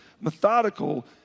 methodical